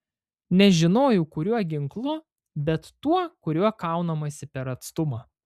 nežinojau kuriuo ginklu bet tuo kuriuo kaunamasi per atstumą